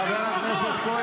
חבר הכנסת הרצנו,